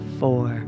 four